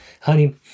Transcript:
honey